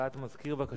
הודעת המזכירה, בבקשה.